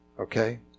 okay